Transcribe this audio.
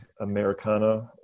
Americana